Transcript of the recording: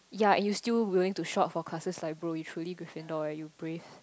ya and you still willing to shot for classes like bro you truly Gryffindor eh you brave